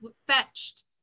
fetched